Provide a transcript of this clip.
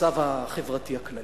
למצב החברתי הכללי.